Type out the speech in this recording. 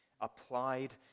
applied